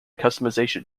customization